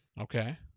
Okay